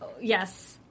Yes